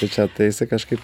tai čia tai jisai kažkaip